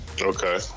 Okay